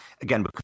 again